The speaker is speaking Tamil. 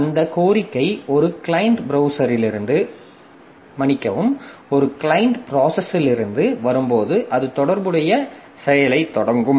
அந்தக் கோரிக்கை ஒரு கிளையன்ட் ப்ராசஸிலிருந்து வரும்போது அது தொடர்புடைய செயலைத் தொடங்கும்